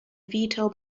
veto